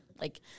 Like-